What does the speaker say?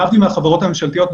להבדיל מהחברות הממשלתיות,